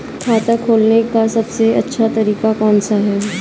खाता खोलने का सबसे अच्छा तरीका कौन सा है?